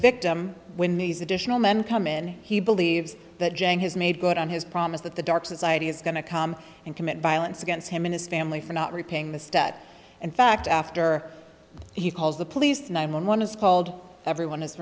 victim when these additional men come in he believes that jang has made good on his promise that the dark society is going to come and commit violence against him and his family for not repaying the stat and fact after he calls the police nine one one is called everyone is